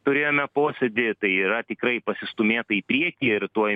turėjome posėdį tai yra tikrai pasistūmėta į priekį ir tuoj